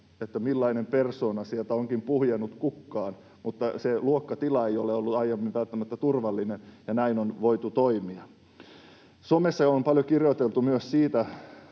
siitä, millainen persoona sieltä onkin puhjennut kukkaan. Se luokkatila vain ei ole ollut aiemmin välttämättä turvallinen, että näin olisi voitu toimia. Somessa on paljon kirjoiteltu myös siitä,